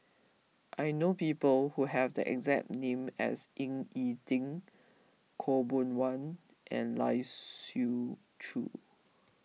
I know people who have the exact name as Ying E Ding Khaw Boon Wan and Lai Siu Chiu